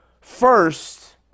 first